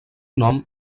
nom